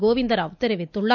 கோவிந்தராவ் தெரிவித்துள்ளார்